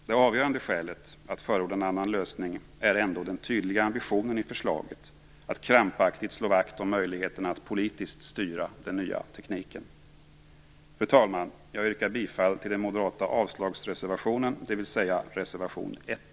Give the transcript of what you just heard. Det avgörande skälet till att förorda en annan lösning är ändå den tydliga ambitionen i förslaget, att krampaktigt slå vakt om möjligheterna att politiskt styra den nya tekniken. Fru talman! Jag yrkar bifall till den moderata avslagsreservationen, dvs. reservation 1.